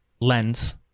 lens